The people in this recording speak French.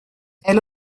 elle